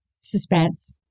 suspense